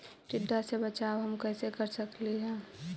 टीडा से बचाव हम कैसे कर सकली हे?